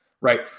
right